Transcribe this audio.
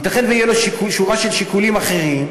ייתכן שתהיה לו שורה של שיקולים אחרים,